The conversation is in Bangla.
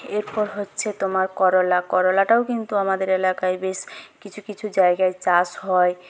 এরপর হচ্ছে তোমার করলা করলাটাও কিন্তু আমাদের এলাকায় বেশ কিছু কিছু জায়গায় চাষ হয়